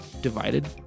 divided